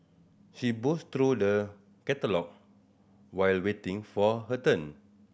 she browsed through the catalogue while waiting for her turn